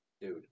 dude